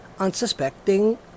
unsuspecting